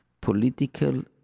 political